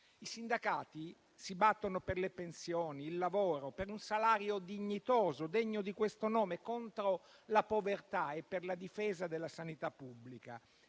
I sindacati si battono per le pensioni, per il lavoro, per un salario dignitoso e degno di questo nome, contro la povertà e per la difesa della sanità pubblica.